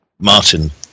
Martin